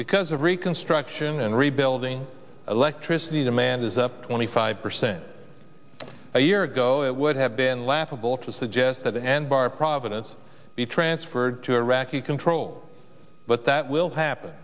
because of reconstruction and rebuilding electricity demand is up twenty five percent a year ago it would have been laughable to suggest that and bar providence be transferred to iraqi control but that will happen